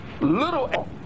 little